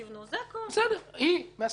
היא מהשמאל.